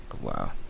Wow